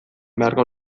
beharko